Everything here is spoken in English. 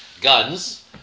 Guns